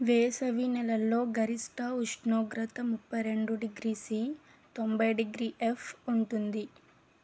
వేసవి నెలల్లో గరిష్ట ఉష్ణోగ్రత ముప్పై రెండు డిగ్రీ సి తొంబై డిగ్రీ ఎఫ్ ఉంటుంది